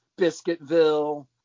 Biscuitville